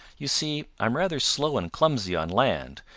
you see, i'm rather slow and clumsy on land,